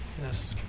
Yes